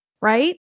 right